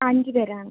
അഞ്ച് പേരാണ്